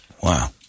Wow